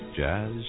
jazz